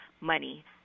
money